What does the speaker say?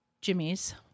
Jimmy's